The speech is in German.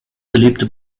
beliebte